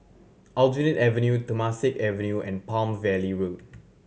Aljunied Avenue Temasek Avenue and Palm Valley Road